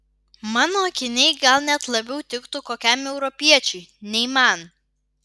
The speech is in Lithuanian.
mano akiniai gal net labiau tiktų kokiam europiečiui nei man